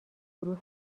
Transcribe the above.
گروه